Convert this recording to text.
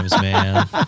man